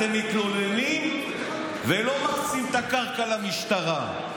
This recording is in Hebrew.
אתם מתלוננים ולא מקצים את הקרקע למשטרה,